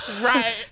Right